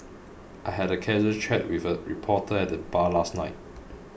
I had a casual chat with a reporter at the bar last night